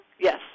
Yes